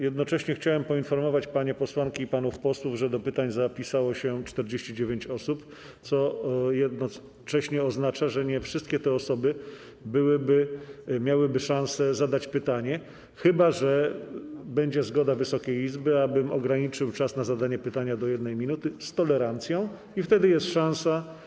Jednocześnie chciałem poinformować panie posłanki i panów posłów, że do pytań zapisało się 49 osób, co oznacza, że nie wszystkie te osoby miałyby szansę zadać pytanie, chyba że będzie zgoda Wysokiej Izby, abym ograniczył czas na zadanie pytania do 1 minuty z tolerancją, i wtedy jest szansa.